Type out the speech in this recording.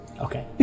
Okay